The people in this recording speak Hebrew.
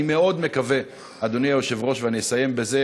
אני מאוד מקווה, אדוני היושב-ראש, ואני אסיים בזה,